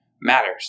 matters